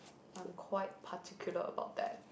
I'm quite particular about that